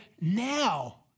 now